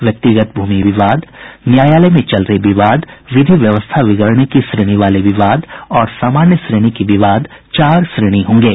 व्यक्तिगत भूमि विवाद न्यायालय में चल रहे विवाद विधि व्यवस्था बिगड़ने के श्रेणी वाले विवाद और सामान्य श्रेणी के विवाद चार श्रेणी होंगे